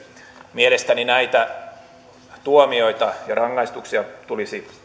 mielestäni näitä tuomioita ja rangaistuksia tulisi